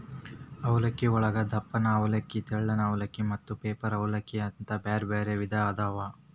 ಅವಲಕ್ಕಿಯೊಳಗ ದಪ್ಪನ ಅವಲಕ್ಕಿ, ತೆಳ್ಳನ ಅವಲಕ್ಕಿ, ಮತ್ತ ಪೇಪರ್ ಅವಲಲಕ್ಕಿ ಅಂತ ಬ್ಯಾರ್ಬ್ಯಾರೇ ವಿಧ ಅದಾವು